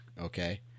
Okay